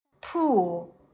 Pool